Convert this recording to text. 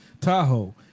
Tahoe